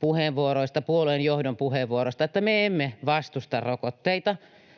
puheenvuoroista, puolueen johdon puheenvuoroista, että me emme vastusta rokotteita.